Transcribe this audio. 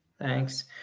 Thanks